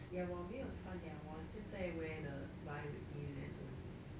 ya 我没有穿 liao 我现在 wear the biweekly lens only